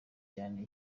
cyane